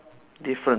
different